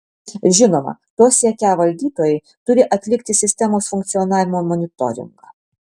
žinoma to siekią valdytojai turi atlikti sistemos funkcionavimo monitoringą